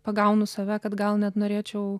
pagaunu save kad gal net norėčiau